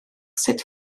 sut